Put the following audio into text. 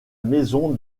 maison